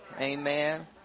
Amen